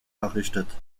errichtet